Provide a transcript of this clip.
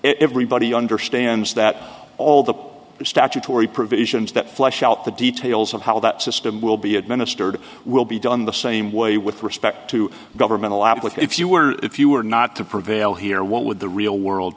he understands that all the statutory provisions that flush out the details of how that system will be administered will be done the same way with respect to government allowed with if you were if you were not to prevail here what would the real world